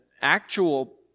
actual